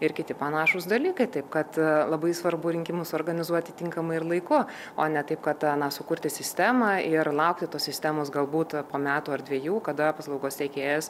ir kiti panašūs dalykai taip kad labai svarbu rinkimus organizuoti tinkamai ir laiku o ne taip kad na sukurti sistemą ir laukti tos sistemos galbūt po metų ar dvejų kada paslaugos teikėjas